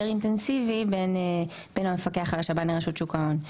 אינטנסיבי בין המפקח על השב"ן לרשות שוק ההון.